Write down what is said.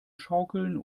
schaukeln